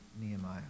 Nehemiah